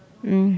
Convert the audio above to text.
um